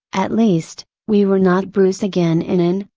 at least, we were not bruised again in an,